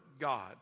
God